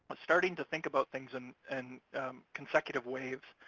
starting to think about things in and consecutive waves.